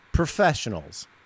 Professionals